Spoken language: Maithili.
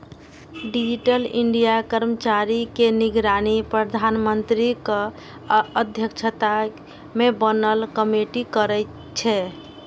डिजिटल इंडिया कार्यक्रम के निगरानी प्रधानमंत्रीक अध्यक्षता मे बनल कमेटी करै छै